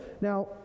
Now